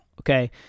Okay